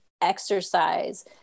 exercise